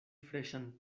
freŝan